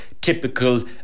typical